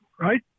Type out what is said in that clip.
right